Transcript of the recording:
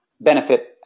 benefit